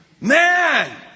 Man